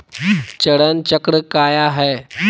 चरण चक्र काया है?